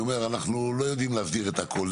אנחנו לא יודעים להסדיר את הכול,